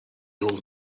old